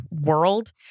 world